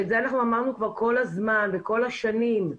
את זה אמרנו כול הזמן וכול השנים.